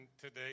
today